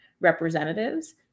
representatives